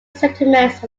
settlements